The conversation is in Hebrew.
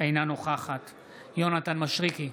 אינה נוכחת יונתן מישרקי,